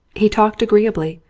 he talked agreeably,